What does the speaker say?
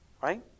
Right